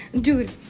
Dude